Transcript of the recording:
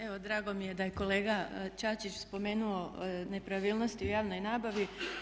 Evo drago mi je da je kolega Čačić spomenuo nepravilnosti u javnoj nabavi.